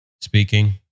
speaking